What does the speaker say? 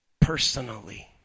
personally